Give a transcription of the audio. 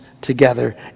together